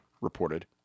reported